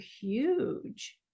huge